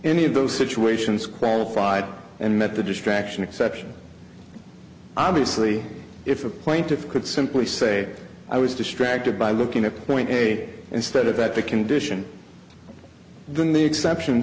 any of those situations qualified and met the distraction exception obviously if a plaintiff could simply say i was distracted by looking at point eight instead of at the condition doing the exception